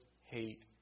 hate